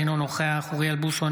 אינו נוכח אוריאל בוסו,